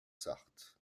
sarthe